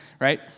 right